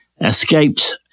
escaped